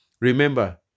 Remember